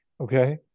okay